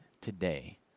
today